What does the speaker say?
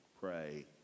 pray